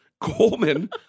Coleman